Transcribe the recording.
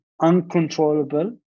uncontrollable